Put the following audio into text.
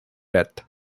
death